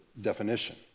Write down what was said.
definition